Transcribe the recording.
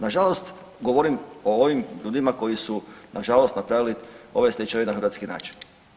Nažalost govorim o ovim ljudima koji su nažalost napravili ove stečajeve na hrvatski način.